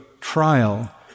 trial